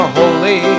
holy